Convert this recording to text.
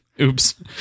Oops